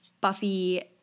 Buffy